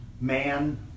Man